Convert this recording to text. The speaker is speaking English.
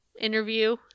interview